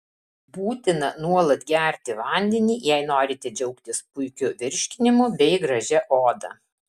būtina nuolat gerti vandenį jei norite džiaugtis puikiu virškinimu bei gražia oda